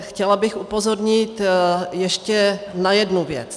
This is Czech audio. Chtěla bych upozornit ještě na jednu věc.